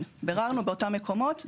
ביררנו באותם מקומות.